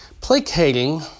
placating